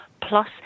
plus